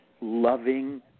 loving